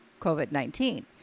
COVID-19